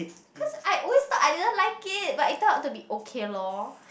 cause I always thought I didn't like it but it turned out to be okay lor